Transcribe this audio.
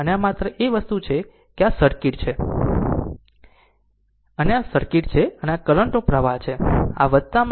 અને માત્ર વસ્તુ એ છે કે આ સર્કિટ છે અને આ તે સર્કિટ છે આ કરંટ નો પ્રવાહ છે